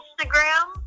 Instagram